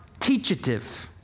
teachative